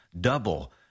Double